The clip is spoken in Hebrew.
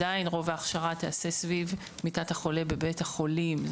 עדיין רוב ההכשרה תיעשה סביב מיטת החולה בבית החולים.